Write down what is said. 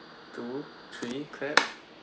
two three clap